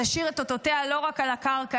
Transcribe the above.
תשאיר את אותותיה לא רק על הקרקע,